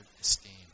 esteem